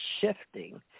shifting